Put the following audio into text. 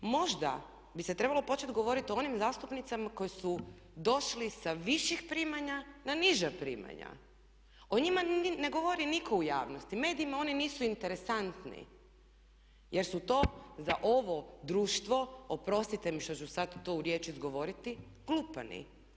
Možda bi se trebalo počet govoriti o onim zastupnicima koji su došli sa viših primanja na niža primanja, o njima ne govori nitko u javnosti, medijima oni nisu interesantni jer su to za ovo društvo, oprostite mi što ću sad tu riječ izgovoriti glupani.